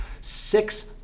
Six